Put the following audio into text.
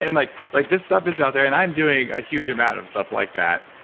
and like like this stuff is out there and i'm doing a huge amount of stuff like that,